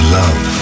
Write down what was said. love